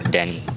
Danny